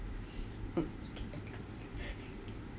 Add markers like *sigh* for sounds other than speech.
*laughs*